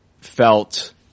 felt